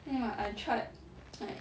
I tried like